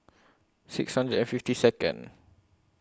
six hundred and fifty Second